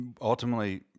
ultimately